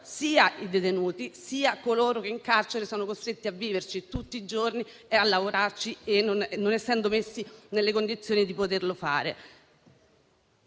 sia i detenuti, sia coloro che in carcere sono costretti a vivere tutti i giorni e a lavorare non essendo messi nelle condizioni di poterlo fare.